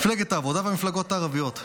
מפלגת העבודה והמפלגות הערביות.